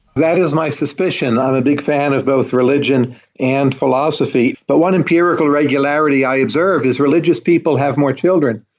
that is my suspicion. i'm a big fan of both religion and philosophy, but one empirical regularity i observed is religious people have more children,